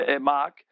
mark